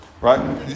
Right